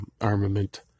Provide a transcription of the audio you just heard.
armament